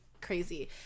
crazy